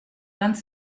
vingt